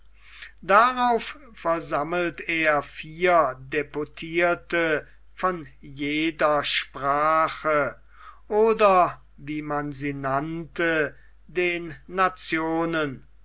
darauf versammelt er vier deputierte von jeder sprache oder wie man sie nannte den nationen